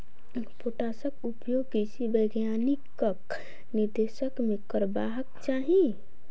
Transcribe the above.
पोटासक उपयोग कृषि वैज्ञानिकक निर्देशन मे करबाक चाही